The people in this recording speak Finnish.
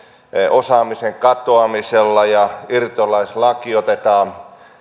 osaamisen katoamisella ja irtolaislaki otetaan